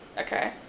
Okay